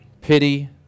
pity